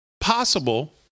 possible